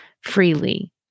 freely